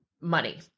money